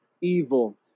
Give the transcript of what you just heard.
evil